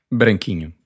branquinho